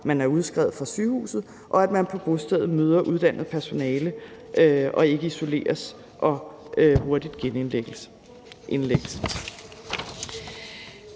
blevet udskrevet fra sygehuset, og at man på bostedet møder uddannet personale og ikke isoleres og hurtigt genindlægges.